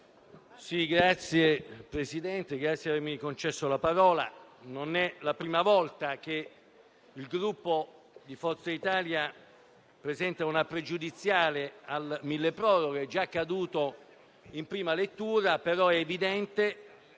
Signor Presidente, la ringrazio per avermi concesso la parola. Non è la prima volta che il Gruppo di Forza Italia presenta una questione pregiudiziale al milleproroghe. È già accaduto in prima lettura, ma è evidente